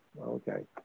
Okay